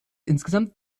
insgesamt